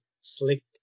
slick